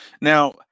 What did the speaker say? Now